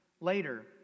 later